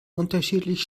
unterschiedlich